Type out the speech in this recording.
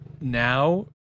now